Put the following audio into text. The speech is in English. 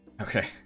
Okay